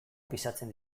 pisatzen